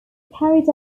carried